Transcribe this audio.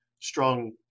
strong